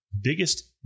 biggest